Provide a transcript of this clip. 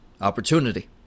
opportunity